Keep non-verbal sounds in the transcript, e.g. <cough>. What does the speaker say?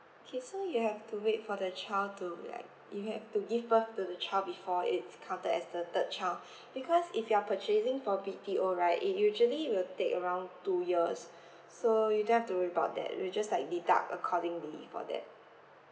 okay so you have to wait for the child to like you have to give birth to the child before it's counted as the third child <breath> because if you are purchasing for B_T_O right it usually will take around two years <breath> so you don't have to worry about that we just like deduct accordingly for that